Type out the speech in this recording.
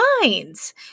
minds